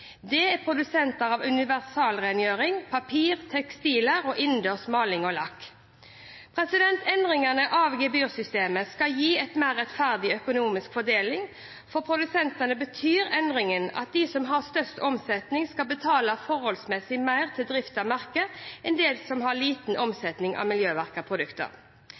Det er produsenter av universalrengjøringsmidler, papir, tekstiler og innendørs maling og lakk. Endringen av gebyrsystemet skal gi en mer rettferdig økonomisk fordeling. For produsentene betyr endringen at de som har størst omsetning, skal betale forholdsmessig mer til drift av merket enn dem som har liten omsetning av miljømerkede produkter.